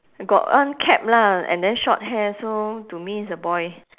got one cap lah and then short hair so to me it's a boy